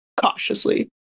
cautiously